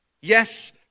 Yes